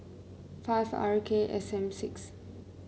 five R K S M six